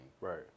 Right